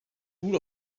rule